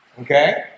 Okay